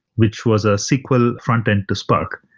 which was a sequel front-end to spark.